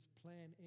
plan